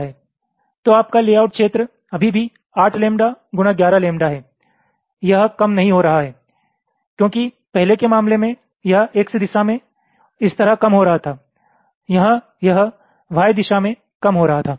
तो आपका लेआउट क्षेत्र अभी भी 8 लैम्ब्डा गुणा 11 लैम्ब्डा है यह कम नहीं हो रहा है क्योंकि पहले के मामले में यह X दिशा में इस तरह कम हो रहा था यहां यह Y दिशा मे कम हो रहा था